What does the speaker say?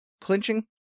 clinching